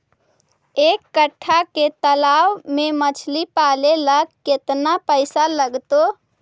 एक कट्ठा के तालाब में मछली पाले ल केतना पैसा लगतै?